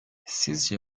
sizce